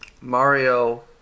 Mario